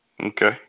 Okay